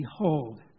Behold